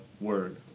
word